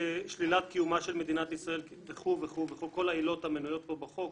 ששלילת קיומה של מדינת ישראל וכל העילות המנויות פה בחוק,